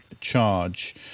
charge